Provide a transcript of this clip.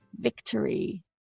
victory